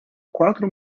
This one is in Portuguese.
quatro